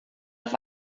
auf